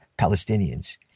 Palestinians